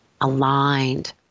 aligned